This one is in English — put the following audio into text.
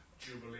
Jubilee